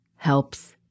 Helps